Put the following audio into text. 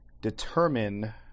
determine